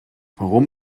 warum